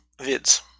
Vids